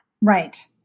Right